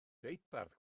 deuparth